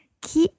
qui